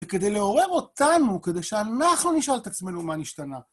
וכדי לעורר אותנו, כדי שאנחנו נשאל את עצמנו "מה נשתנה".